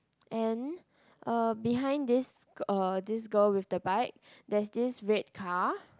and uh behind this g~ uh this girl with the bike there's this red car